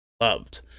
loved